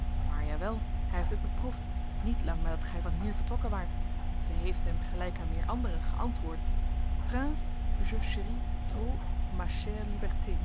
maar jawel hij heeft het beproefd niet lang nadat gij van hier vertrokken waart zij heeft hem gelijk aan meer anderen geantwoord prince je